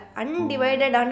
undivided